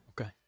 okay